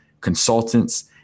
consultants